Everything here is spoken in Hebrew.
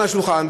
על השולחן,